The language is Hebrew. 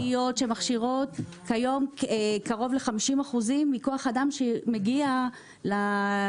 מכללות שמכשירות כיום קרוב ל-50% מכוח אדם שמגיע לשוק,